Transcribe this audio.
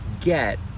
get